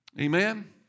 Amen